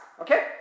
Okay